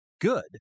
good